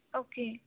okay